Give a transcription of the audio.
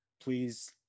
please